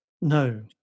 no